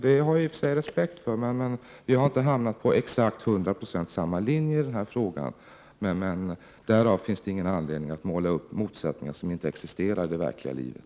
Det har jag i och för sig respekt för, men vi har inte till hundra procent hamnat på exakt samma linje i den här frågan. Därav finns det ingen anledning att måla upp motsättningar som inte existerar i det verkliga livet.